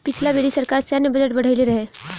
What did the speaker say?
पिछला बेरी सरकार सैन्य बजट बढ़इले रहे